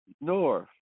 North